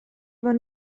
über